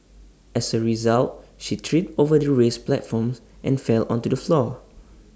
as A result she tripped over the raised platforms and fell onto the floor